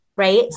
Right